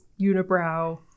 Unibrow